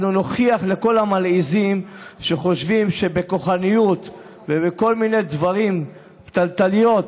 אנחנו נוכיח לכל המלעיזים שחושבים שבכוחנות ובכל מיני דברים פתלתלים,